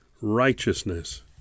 Righteousness